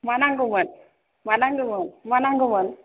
मा नांगौमोन मा नांगौमोन मा नांगौमोन